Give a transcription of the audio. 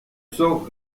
sors